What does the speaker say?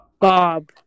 Bob